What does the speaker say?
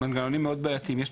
מנגנונים מאוד בעייתיים.